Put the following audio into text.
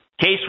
case